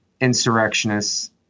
insurrectionists